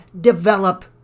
develop